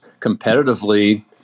competitively